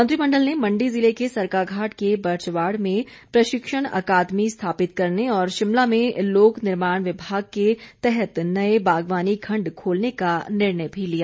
मंत्रिमण्डल ने मण्डी जिले के सरकाघाट के बर्चवाड़ में प्रशिक्षण अकादमी स्थापित करने और शिमला में लोकनिर्माण विभाग के तहत नए बागवानी खंड खोलने का निर्णय भी लिया